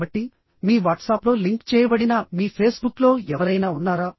కాబట్టి మీ వాట్సాప్లో లింక్ చేయబడిన మీ ఫేస్బుక్లో ఎవరైనా ఉన్నారా